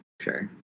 Sure